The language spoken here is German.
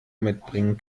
mitbringen